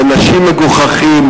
עונשים מגוחכים,